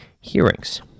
hearings